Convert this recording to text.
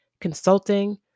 Consulting